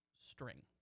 string